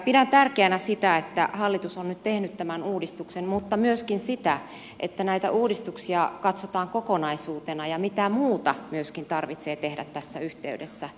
pidän tärkeänä sitä että hallitus on nyt tehnyt tämän uudistuksen mutta myöskin sitä että näitä uudistuksia katsotaan kokonaisuutena ja myöskin mitä muuta tarvitsee tehdä tässä yhteydessä